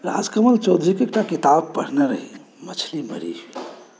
राजकमल चौधरीकेँ एकटा किताब पढ़ने रही मछली मरी